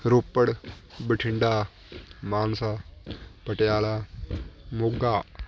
Ropar Bathinda Mansa Patiala Moga